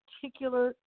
particular